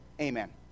Amen